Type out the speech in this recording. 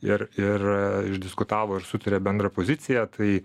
ir ir išdiskutavo ir sutarė bendrą poziciją tai